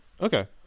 Okay